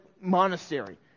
monastery